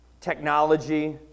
technology